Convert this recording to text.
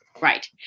right